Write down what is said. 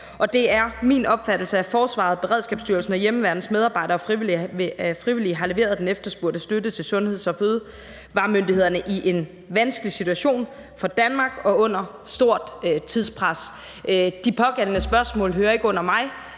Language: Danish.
og det er min opfattelse, at forsvarets, Beredskabsstyrelsens og hjemmeværnets medarbejdere frivilligt har leveret den efterspurgte støtte til sundheds- og fødevaremyndighederne i en vanskelig situation for Danmark og under stort tidspres. De pågældende spørgsmål hører ikke under mig.